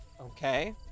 Okay